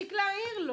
ישמעו.